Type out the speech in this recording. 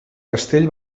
castell